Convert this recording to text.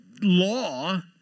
law